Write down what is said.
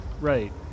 Right